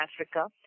Africa